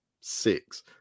six